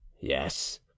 yes